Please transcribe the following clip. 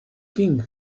king